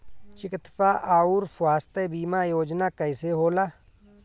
चिकित्सा आऊर स्वास्थ्य बीमा योजना कैसे होला?